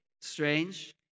strange